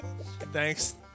Thanks